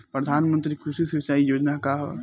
प्रधानमंत्री कृषि सिंचाई योजना का ह?